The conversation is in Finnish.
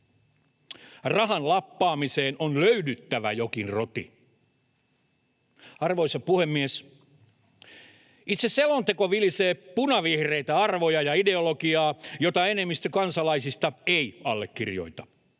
Rahan lappaamiseen on löydyttävä jokin roti. Arvoisa puhemies! Itse selonteko vilisee punavihreitä arvoja ja ideologiaa, joita enemmistö kansalaisista ei allekirjoita.